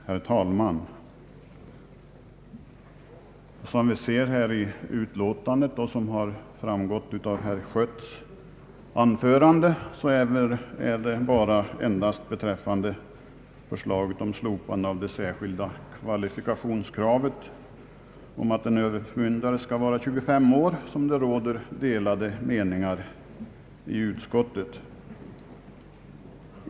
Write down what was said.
Herr talman! Som vi ser i utlåtandet och som framgått av herr Schötts anförande är det endast beträffande förslaget om slopande av det särskilda kvalifikationskravet att en överförmyndare skall vara 25 år som det råder delade meningar i utskottet.